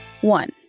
One